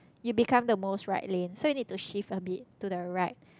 you become the most right lane so you need to shift a bit to the right